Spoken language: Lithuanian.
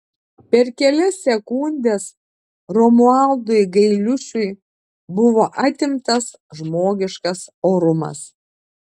per kelias sekundes romualdui gailiušiui buvo atimtas žmogiškas orumas